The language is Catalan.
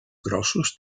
grossos